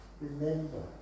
remember